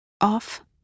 off